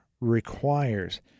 requires